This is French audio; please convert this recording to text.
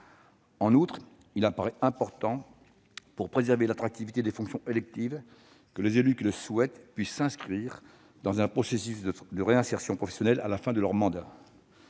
En outre, il paraît important, pour préserver l'attractivité des fonctions électives, que les élus qui le souhaitent puissent s'inscrire dans un processus de réinsertion professionnelle à la fin de leur mandat.